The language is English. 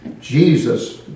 Jesus